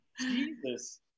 Jesus